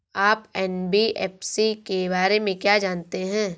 आप एन.बी.एफ.सी के बारे में क्या जानते हैं?